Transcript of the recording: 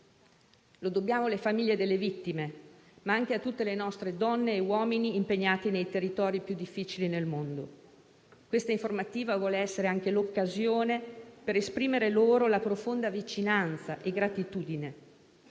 Lo dobbiamo alle famiglie delle vittime, ma anche a tutte le nostre donne e agli uomini impegnati nei territori più difficili nel mondo. Questa informativa vuole essere anche l'occasione per esprimere profonda vicinanza e gratitudine